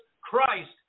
Christ